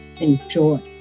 enjoy